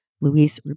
Luis